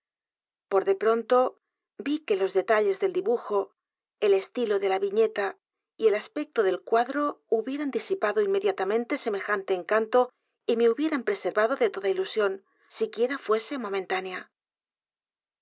r de pronto vi que los detalles del dibujo el estilo de la viñeta y el aspecto del cuadro hubieran disipado inmediatamente semejante encanto y me hubieran preservado de toda ilusión siquiera fuese momentánea